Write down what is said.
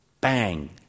Bang